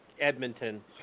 Edmonton